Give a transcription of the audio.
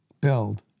build